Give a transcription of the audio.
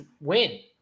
win